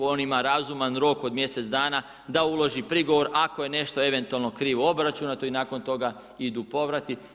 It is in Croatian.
On ima razuman rok od mjesec dana da uloži prigovor ako je nešto eventualno krivo obračunato i nakon toga idu povratu.